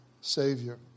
Savior